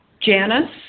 Janice